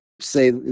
say